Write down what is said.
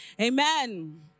Amen